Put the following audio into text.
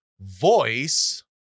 Voice